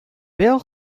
bel